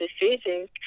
decisions